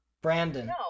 Brandon